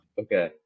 Okay